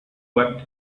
wept